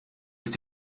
ist